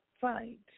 fight